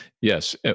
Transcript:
Yes